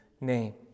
name